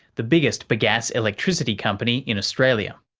the biggest bagasse-electricity company in australia.